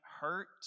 hurt